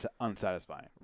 unsatisfying